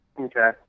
okay